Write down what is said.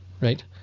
right